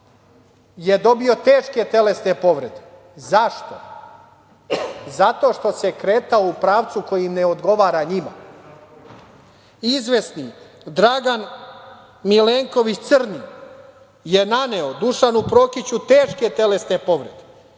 je dobio teške telesne povrede. Zašto? Zato što se kretao u pravcu koji ne odgovara njima. Izvesni Dragan Milenković crni je naneo Dušanu Prokiću teške telesne povrede.